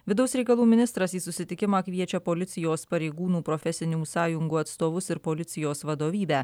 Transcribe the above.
vidaus reikalų ministras į susitikimą kviečia policijos pareigūnų profesinių sąjungų atstovus ir policijos vadovybę